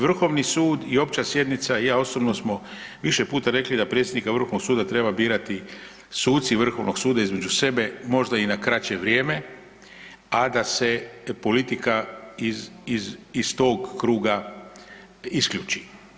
Vrhovni sud i opća sjednica i ja osobno smo više puta rekli da predsjednika Vrhovnog suda treba birati suci Vrhovnog suda između sebe možda i na kraće vrijeme, a da se politika iz tog kruga isključi.